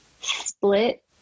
split